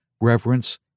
reverence